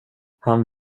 han